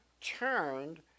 turned